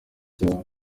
cyawe